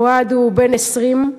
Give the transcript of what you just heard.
אוהד הוא בן 20,